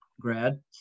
grad